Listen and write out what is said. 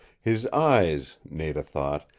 his eyes, nada thought,